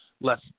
Less